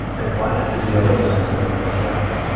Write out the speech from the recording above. like, what is the deal with men tucking in their shirts?